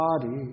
body